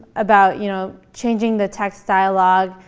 about you know changing the text dialogue,